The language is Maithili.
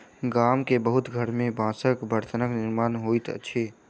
गाम के बहुत घर में बांसक बर्तनक निर्माण होइत अछि